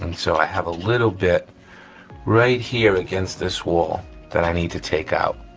um so i have a little bit right here against this wall that i need to take out.